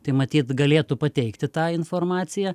tai matyt galėtų pateikti tą informaciją